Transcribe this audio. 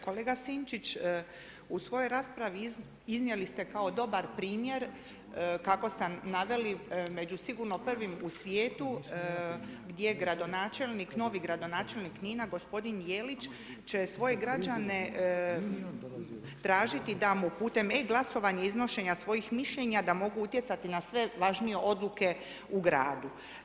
Kolega Sinčić, u svojoj raspravi iznijeli ste kao dobar primjer, kako ste naveli, među sigurno prvim u svijetu novi gradonačelnik Knina gospodin Jelić, će svoje građane tražiti da mu putem e glasovanja i iznošenje svojih mišljenja, da mogu utjecati na sve važnije odluke u gradu.